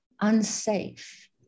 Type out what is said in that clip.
unsafe